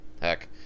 heck